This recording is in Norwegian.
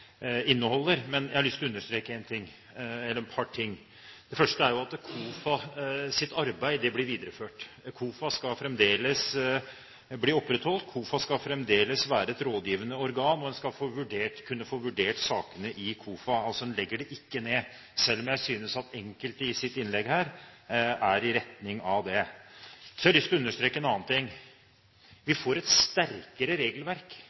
inneholder. Men jeg har lyst til å understreke et par ting. Det første er at KOFAs arbeid blir videreført. KOFA skal fremdeles bli opprettholdt. KOFA skal fremdeles være et rådgivende organ, og en skal kunne få vurdert sakene i KOFA. Altså: En legger det ikke ned – selv om jeg synes enkelte i sitt innlegg her går i retning av det. Så har jeg lyst til å understreke en annen ting: Vi får et sterkere regelverk.